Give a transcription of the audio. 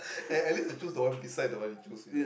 eh at least I choose the one beside the one you choose you know